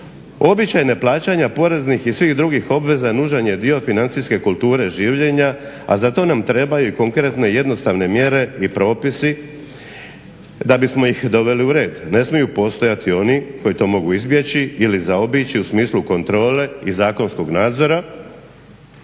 Običaj neplaćanja poreznih i svih drugih obveza nužan je dio financijske kulture življenja a za to nam trebaju i konkretne, jednostavne mjere i propisi da bismo ih doveli u red. Ne smiju postojati oni koji to mogu izbjeći ili zaobići u smislu kontrole i zakonskog nadzora